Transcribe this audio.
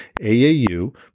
AAU